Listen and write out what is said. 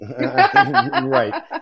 Right